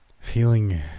Feeling